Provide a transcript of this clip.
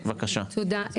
תודה.